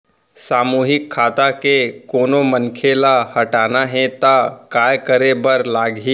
सामूहिक खाता के कोनो मनखे ला हटाना हे ता काय करे बर लागही?